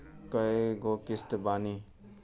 कय गो किस्त बानी?